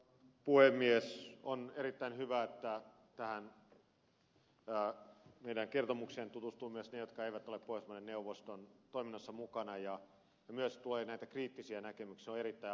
on erittäin hyvä että tähän meidän kertomukseemme tutustuvat myös ne jotka eivät ole pohjoismaiden neuvoston toiminnassa mukana ja myös tulee näitä kriittisiä näkemyksiä